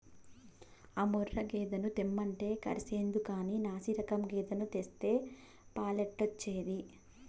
ఆ ముర్రా గేదెను తెమ్మంటే కర్సెందుకని నాశిరకం గేదెను తెస్తే పాలెట్టొచ్చేది